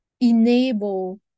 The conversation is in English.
enable